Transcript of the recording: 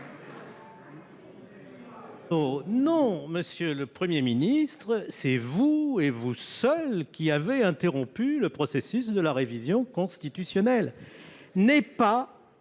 Non, monsieur le Premier ministre, c'est vous, et vous seul, qui avez interrompu le processus de la révision constitutionnelle.